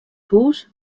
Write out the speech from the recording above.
hûs